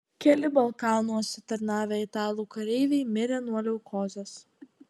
keli balkanuose tarnavę italų kareiviai mirė nuo leukozės